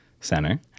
center